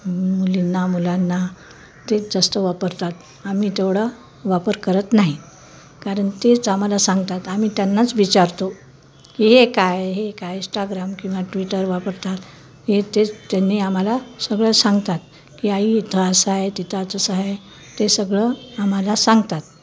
मुलींना मुलांना तेच जास्त वापरतात आम्ही तेवढं वापर करत नाही कारण तेच आम्हाला सांगतात आम्ही त्यांनाच विचारतो की हे काय हे काय इस्टाग्राम किंवा ट्विटर वापरतात हे तेच त्यांनी आम्हाला सगळं सांगतात की आई इथं असं आहे तिथं तसं आहे ते सगळं आम्हाला सांगतात